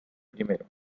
primero